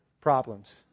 problems